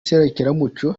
serukiramuco